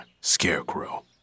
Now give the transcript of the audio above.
Scarecrow